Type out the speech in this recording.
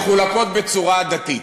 שמחולקות בצורה עדתית.